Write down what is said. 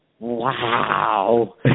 wow